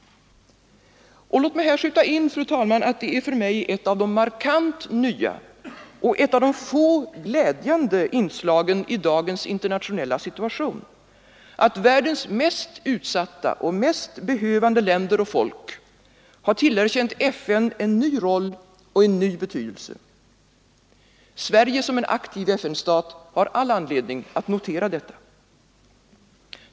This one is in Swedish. Och låt mig här skjuta in, fru talman, att det är för mig ett av de markant nya och ett av de få glädjande inslagen i dagens internationella situation, att världens mest utsatta och mest behövande länder och folk har tillerkänt FN en ny roll och ny betydelse. Sverige som en aktiv FN-stat har all anledning att notera detta.